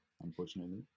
unfortunately